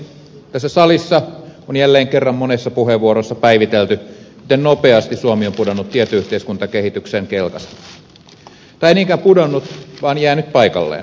tässä salissa on jälleen kerran monessa puheenvuorossa päivitelty miten nopeasti suomi on pudonnut tietoyhteiskuntakehityksen kelkasta tai ei niinkään pudonnut vaan jäänyt paikalleen kymmeneksi vuodeksi